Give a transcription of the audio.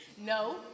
No